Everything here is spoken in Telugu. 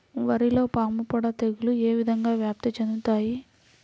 వరిలో పాముపొడ తెగులు ఏ విధంగా వ్యాప్తి చెందుతాయి?